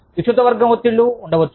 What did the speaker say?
విస్తృత వర్గం ఒత్తిళ్లు ఉండవచ్చు